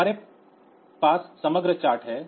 यह हमारे पास समग्र चार्ट है